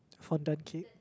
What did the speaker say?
fondant cake